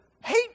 hate